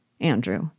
Andrew